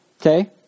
Okay